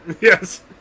Yes